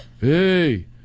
hey